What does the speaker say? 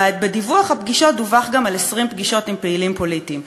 בדיווח הפגישות דווח גם על 20 פגישות עם פעילים פוליטיים.